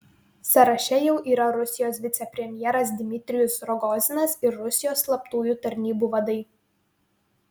sąraše jau yra rusijos vicepremjeras dmitrijus rogozinas ir rusijos slaptųjų tarnybų vadai